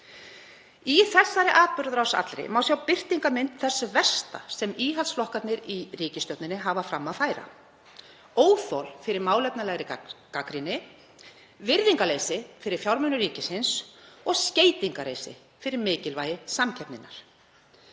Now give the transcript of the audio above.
Á þessari atburðarás allri má sjá birtingarmynd þess versta sem íhaldsflokkarnir í ríkisstjórninni hafa fram að færa; óþol fyrir málefnalegri gagnrýni, virðingarleysi fyrir fjármunum ríkisins og skeytingarleysi fyrir mikilvægi samkeppninnar.